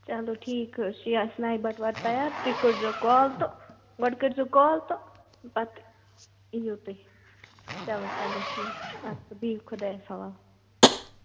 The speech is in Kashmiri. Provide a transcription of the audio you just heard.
چَلو ٹھیٖک حظ چھُ یہِ آسہِ نَیہِ بَٹوارِ تَیار تُہۍ کٔرۍزیٚو کال تہٕ گۄڈٕ کٔرۍزیٚو کال تہٕ پتہٕ یِیِو تُہۍ چَلو چَلو ٹھیٖک چھُ اَدٕ سا بِہِو خۄدایَس حَوال